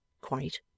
Quite